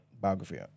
biography